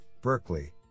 Berkeley